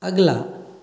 अगला